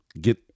get